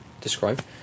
describe